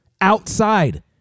outside